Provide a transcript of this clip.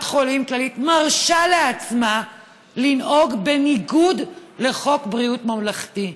חולים כללית מרשה לעצמה לנהוג בניגוד לחוק בריאות ממלכתי.